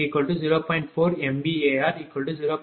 u